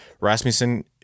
Rasmussen